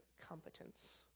competence